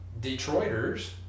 Detroiters